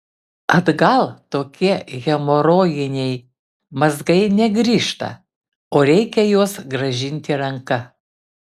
atgal tokie hemorojiniai mazgai negrįžta o reikia juos grąžinti ranka